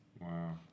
Wow